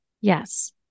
Yes